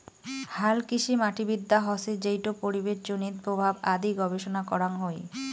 হালকৃষিমাটিবিদ্যা হসে যেইটো পরিবেশজনিত প্রভাব আদি গবেষণা করাং হই